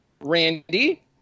Randy